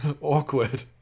awkward